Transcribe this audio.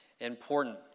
important